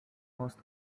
most